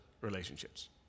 relationships